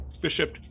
Bishop